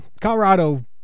Colorado